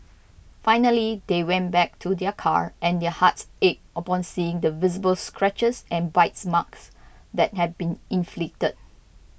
finally they went back to their car and their hearts ached upon seeing the visible scratches and bite marks that had been inflicted